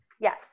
Yes